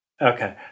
Okay